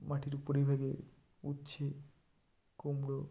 মাটির উপরিভাগে উচ্ছে কুমড়ো